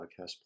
podcast